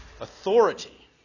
authority